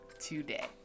today